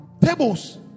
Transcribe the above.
tables